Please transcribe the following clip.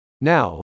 Now